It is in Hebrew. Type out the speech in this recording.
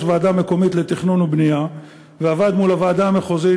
ועדה מקומית לתכנון ובנייה ועבד מול הוועדה המחוזית,